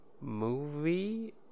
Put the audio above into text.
movie